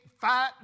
fight